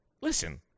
listen